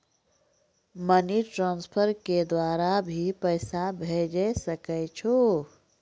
Money transfer के द्वारा भी पैसा भेजै सकै छौ?